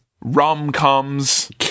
Rom-coms